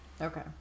Okay